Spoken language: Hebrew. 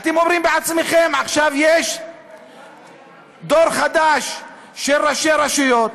אתם אומרים בעצמכם: עכשיו יש דור חדש של ראשי רשויות,